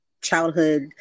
childhood